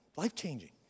life-changing